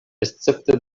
escepte